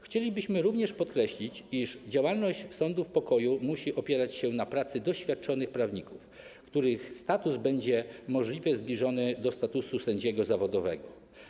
Chcielibyśmy również podkreślić, iż działalność sądów pokoju musi opierać się na pracy doświadczonych prawników, których status będzie możliwie zbliżony do statusu sędziego zawodowego.